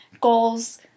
goals